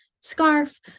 scarf